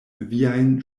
viajn